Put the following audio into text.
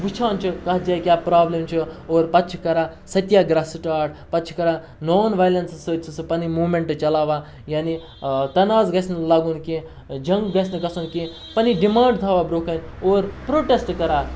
وٕچھان چھِ کَتھ جایہِ کیٛاہ پرٛابلِم چھِ اور پَتہٕ چھِ کَران سٔتیہ گرٛہ سٹاٹ پَتہٕ چھِ کَران نان وایلٮ۪نسہٕ سۭتۍ چھِ سُہ پَنٕنۍ موٗمینٛٹہٕ چَلاوان یعنے تناز گژھِ نہٕ لَگُن کینٛہہ جنٛگ گژھِ نہٕ گژھُن کینٛہہ پَنٕںۍ ڈِمانٛڈ تھاوان بروںٛہہ کَنہِ اور پرٛوٹٮ۪سٹہٕ کَران